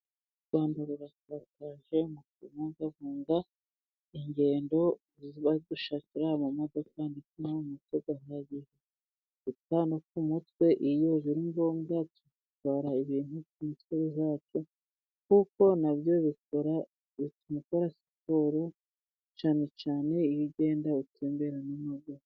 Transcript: U Rwanda rurakataje mu kubungabunga ingendo badushakira amamodoka ndetse n'amamoto ahagije, uta no ku mutwe iyo biri ngombwa, dutwara ibintu ku mitwe yacu kuko na byo bituma ukora siporo, cyane cyane iyo ugenda utembera n'amaguru.